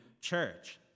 church